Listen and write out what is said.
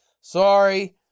Sorry